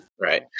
Right